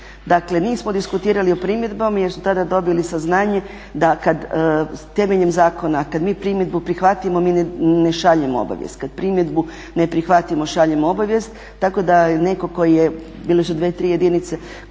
Dakle nismo diskutirali primjedbama jer su tada dobili saznanje da kad temeljem zakona kad mi primjedbu prihvatimo mi ne šaljemo obavijest, kad primjedbu ne prihvatimo šaljemo obavijest. Tako da je netko tko je, bile su 2-3 jedinice